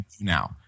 now